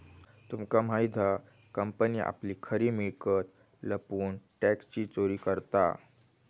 तुमका माहित हा कंपनी आपली खरी मिळकत लपवून टॅक्सची चोरी करता